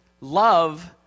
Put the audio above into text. love